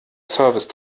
service